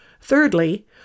Thirdly